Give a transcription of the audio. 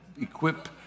equip